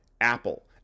apple